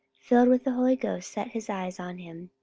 filled with the holy ghost, set his eyes on him.